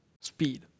speed